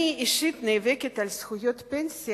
אני נאבקת באופן אישי על זכויות פנסיה